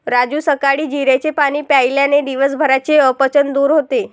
राजू सकाळी जिऱ्याचे पाणी प्यायल्याने दिवसभराचे अपचन दूर होते